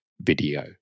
video